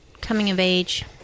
coming-of-age